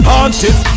Haunted